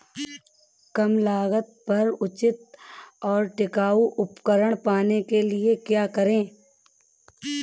कम लागत पर उचित और टिकाऊ उपकरण पाने के लिए क्या करें?